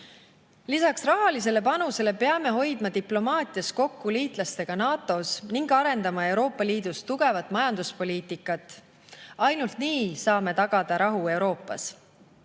Lisaks rahalisele panusele peame hoidma diplomaatias kokku liitlastega NATO‑s ning arendama Euroopa Liidus tugevat majanduspoliitikat. Ainult nii saame tagada rahu Euroopas.